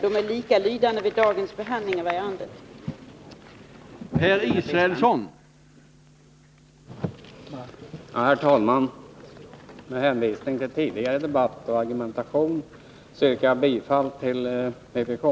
De är likalydande med dem som var fogade vid utskottets betänkande nr 19.